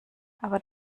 aber